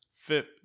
Fit